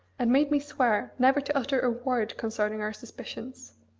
and made me swear never to utter a word concerning our suspicions.